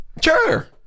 Sure